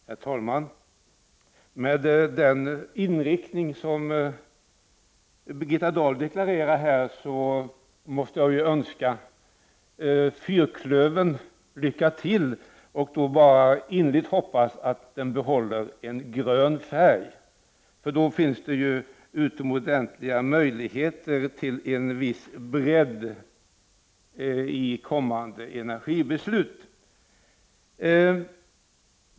Herr talman! Med tanke på den inriktning som Birgitta Dahl deklarerar här måste jag önska ”fyrklövern” lycka till och får bara innerligt hoppas att den behåller en grön färg. Då finns det utomordentliga möjligheter till en viss bredd i kommande energibeslut.